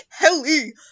kelly